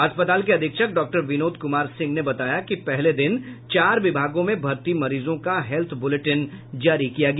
अस्पताल के अधीक्षक डॉक्टर विनोद कुमार सिंह ने बताया कि पहले दिन चार विभागों में भर्ती मरीजों का हेल्थ बुलेटिन जारी किया गया